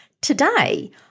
Today